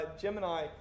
Gemini